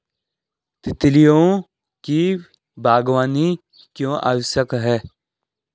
तितलियों की बागवानी क्यों आवश्यक है?